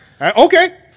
Okay